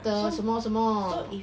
the 什么什么